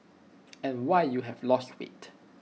and why you have lost weight